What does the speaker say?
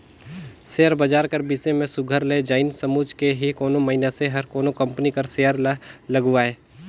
share बजार कर बिसे में सुग्घर ले जाएन समुझ के ही कोनो मइनसे हर कोनो कंपनी कर सेयर ल लगवाए